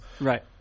Right